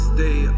Stay